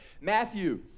Matthew